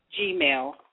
gmail